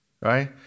right